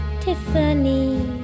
Tiffany